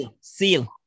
Seal